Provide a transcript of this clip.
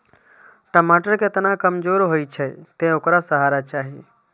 टमाटर के तना कमजोर होइ छै, तें ओकरा सहारा चाही